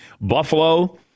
Buffalo